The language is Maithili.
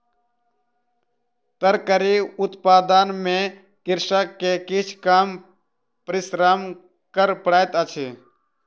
तरकारी उत्पादन में कृषक के किछ कम परिश्रम कर पड़ैत अछि